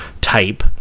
type